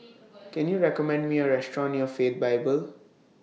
Can YOU recommend Me A Restaurant near Faith Bible